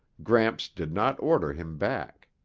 gramps did not order him back.